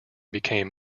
became